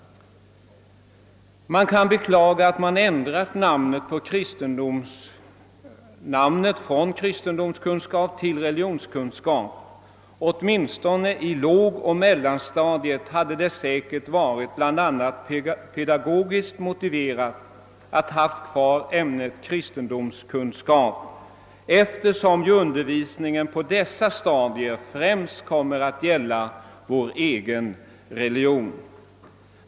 Man kan beklaga att namnet ändrats från kristendomskunskap till religionskunskap. Åtminstone på lågoch mellanstadiet hade det säkert varit bl.a. pedagogiskt motiverat att behålla namnet kristendomskunskap, eftersom undervisningen på dessa stadier främst kommer att gälla vår egen religion.